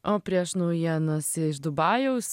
o prieš naujienas iš dubajaus